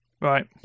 Right